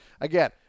again